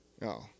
No